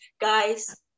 Guys